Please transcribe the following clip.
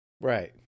right